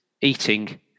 eating